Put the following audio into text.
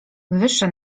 wyższe